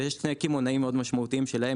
ויש שני קמעונאים מאוד משמעותיים שלהם